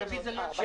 6